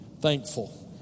thankful